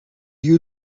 you